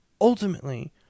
ultimately